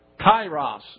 Kairos